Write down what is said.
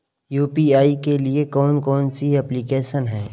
UPI के लिए कौन कौन सी एप्लिकेशन हैं?